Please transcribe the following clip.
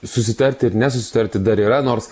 susitarti ir nesusitarti dar yra nors